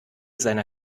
seiner